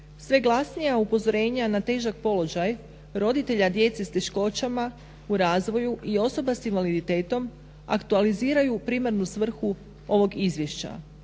sve glasnija upozorenja na težak položaj roditelja djece s teškoćama u razvoju i osoba sa invaliditetom aktualiziraju primarnu svrhu ovog izvješća